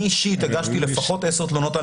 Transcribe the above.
אני אישית הגשתי לפחות עשר תלונות על